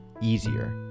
easier